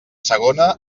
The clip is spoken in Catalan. segona